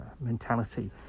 mentality